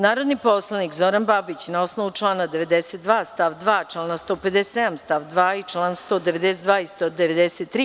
Narodni poslanik Zoran Babić, na osnovu člana 92. stav 2, člana 157. stav 2. i čl. 192. i 193.